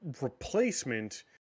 replacement